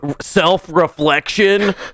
self-reflection